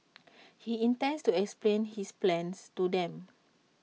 he intends to explain his plans to them